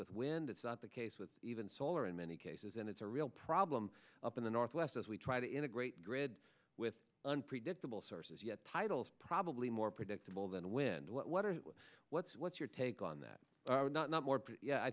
with wind it's not the case with even solar in many cases and it's a real problem up in the northwest as we try to integrate grid with unpredictable sources yet titles probably more predictable than wind what are what's what's your take on that not not more but yeah i